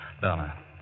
Donna